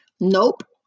Nope